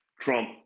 Trump